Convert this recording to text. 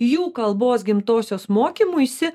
jų kalbos gimtosios mokymuisi